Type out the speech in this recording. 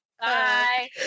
Bye